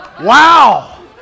Wow